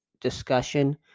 discussion